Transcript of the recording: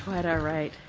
quite all right.